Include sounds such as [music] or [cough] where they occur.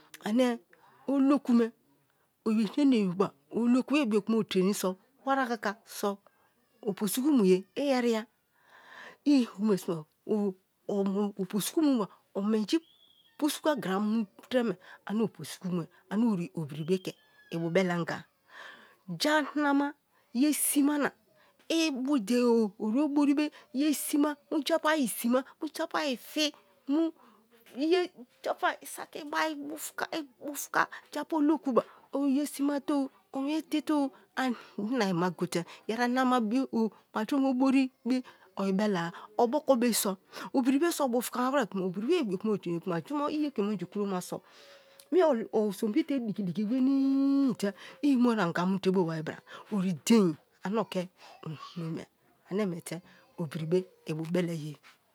Ane oloku me [unintelligible] i bioku o traini kima wari akaka so oposuku muye i eriya [unintelligible] omenji posuku agira mu tre rere ane oposuku mue ane ori obira be ke ibubele anga, ja nama ye sima na [unintelligible] ori obori be ye sima mu japu ayi sima, japu ayi fi mu [unintelligible] ori obori be ye sima mu japu ayi sima, japu ayi fi mu [unintelligible] bufuken japu olokuba o inyea simate o omie dete-o, mina ayi ma gote yeri nama bio obori be o ibelana, oboko be so, obiribe so o bufukama were but i ibiokuma o traini kuma jumo i iyeke munju kroma so me osonbi te diki-diki wenii imue-anga mu te bobari bra ori dein ane o ke oriyi mie ane miete obiribe ibubeleye